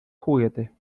juguete